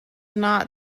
not